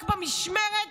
רק במשמרת